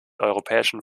europäischen